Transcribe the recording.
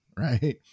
right